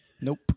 Nope